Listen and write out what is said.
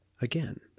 again